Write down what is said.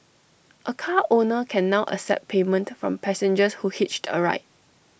A car owner can now accept payment from passengers who hitched A ride